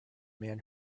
man